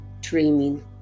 Dreaming